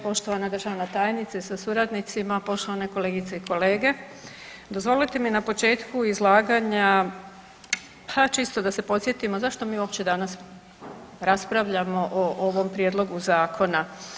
Poštovana državna tajnica sa suradnicima, poštovane kolegice i kolege, dozvolite mi na početku izlaganja, ha čisto da se podsjetimo zašto mi uopće danas raspravljamo o ovom prijedlogu zakona.